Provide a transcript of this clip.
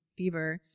Bieber